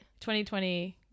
2020